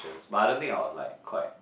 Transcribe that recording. but I don't think I was like quite